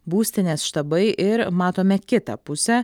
būstinės štabai ir matome kitą pusę